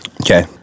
Okay